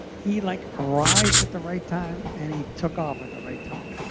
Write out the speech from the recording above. he like arrived at the right time, and he took off at the right time.